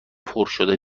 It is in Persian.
پرشده